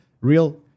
real